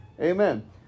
Amen